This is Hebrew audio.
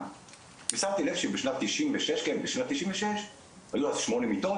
ושמתי לב שבשנת 96 היו אז שמונה מיטות,